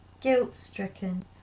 guilt-stricken